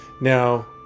Now